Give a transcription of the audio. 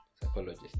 psychologist